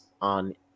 on